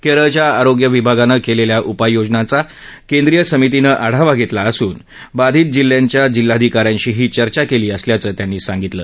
केरळच्या आरोग्यविभागानं केलेल्या उपाययोजनांचा केंद्रीय समितीनं आढावा घेतला असून बाधित जिल्ह्यांच्या जिल्हाधिकाऱ्यांशीही चर्चा केली असल्याचं त्यांनी सांगितलं